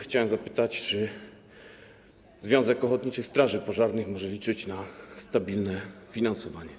Chciałem zapytać, czy Związek Ochotniczych Straży Pożarnych RP może liczyć na stabilne finansowanie.